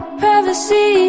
privacy